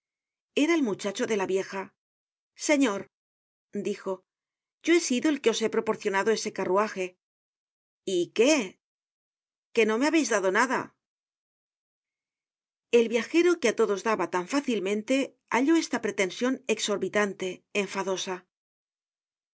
era el muchacho de la vieja señor dijo yo he sido el que os he proporcionado ese carruaje y qué que no me habeis dado nada el viajero que á todos daba tan fácilmente halló está pretension exorbitante enfadosa